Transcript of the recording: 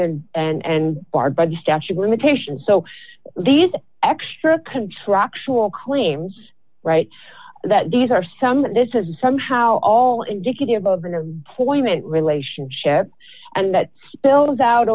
s and barred by the statue of limitations so these extra contractual claims right that these are some that this is somehow all indicative of the point relationship and that spills out